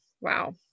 Wow